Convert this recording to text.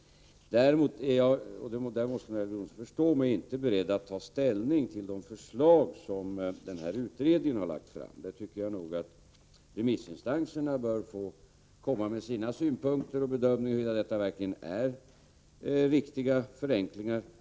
Däremot är jag inte — och det måste nog Elver Jonsson förstå — beredd att ta ställning till de förslag som den här utredningen har lagt fram. Remissinstanserna bör få komma med sina synpunkter och bedömningar huruvida det verkligen rör sig om viktiga förenklingar.